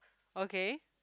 okay